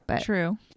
True